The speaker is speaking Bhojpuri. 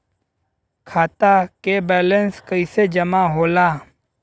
खाता के वैंलेस कइसे जमा होला?